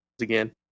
again